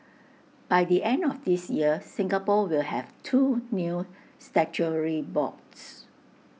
by the end of this year Singapore will have two new statutory boards